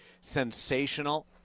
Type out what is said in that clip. sensational